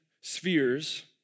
spheres